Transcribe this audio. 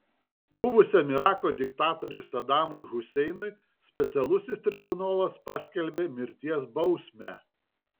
buvusiam irako diktatoriui sadamui huseinui specialusis tribunolas paskelbė mirties bausmę